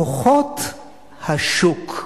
כוחות השוק.